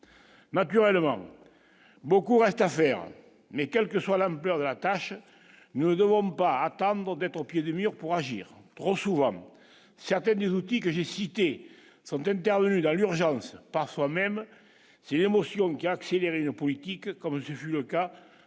Naturellement, beaucoup reste à faire, mais quelle que soit l'âme vers la tâche : nous ne devons pas attendre d'être au pied du mur pour agir trop souvent certaines outils que j'ai cités sont intervenus dans l'urgence par soi-même, c'est l'émotion qui a accéléré politique, comme ce fut le cas pour